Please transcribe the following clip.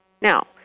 Now